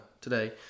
today